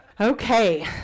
Okay